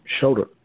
shoulder